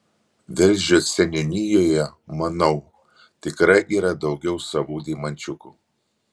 velžio seniūnijoje manau tikrai yra daugiau savų deimančiukų